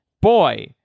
boy